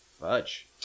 Fudge